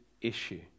issue